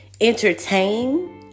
entertain